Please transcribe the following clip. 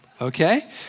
Okay